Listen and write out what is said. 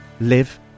live